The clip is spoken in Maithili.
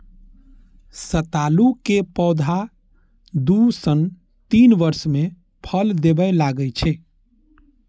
सतालू के पौधा दू सं तीन वर्ष मे फल देबय लागै छै